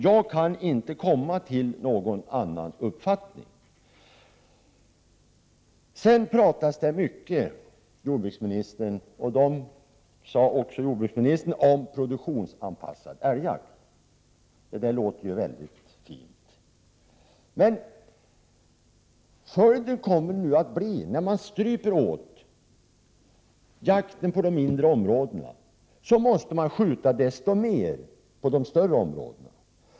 Jag kan inte komma till någon annan uppfattning. Det talas mycket om — jordbruksministern var också inne på det — produktionsanpassad älgjakt. Det låter mycket fint. Följden av att man stryper jakten på de mindre områdena kommer emellertid att bli att man måste skjuta desto mer på de större områdena.